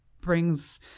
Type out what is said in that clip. brings